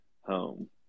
home